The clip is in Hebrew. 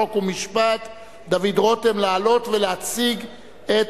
חוק ומשפט דוד רותם לעלות ולהציג את